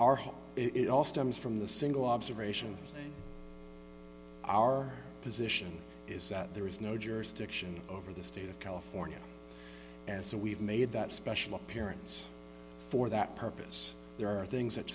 hope it all stems from the single observation our position is that there is no jurisdiction over the state of california and so we've made that special appearance for that purpose there are things that